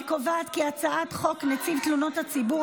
אני קובעת כי הצעת חוק נציב תלונות הציבור